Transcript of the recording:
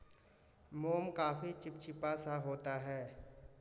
मोम काफी चिपचिपा सा होता है